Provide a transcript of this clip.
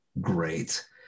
great